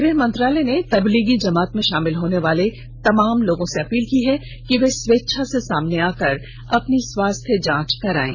गृह मंत्रालय ने तबलीगी जमात में शामिल होने वाले तमाम लोगों से अपील की है कि वे स्वेच्छा से सामने आकर अपनी स्वास्थ्य जांच करायें